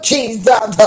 Jesus